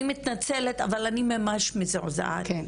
אני מתנצלת, אבל אני ממש מזועזעת.